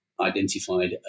identified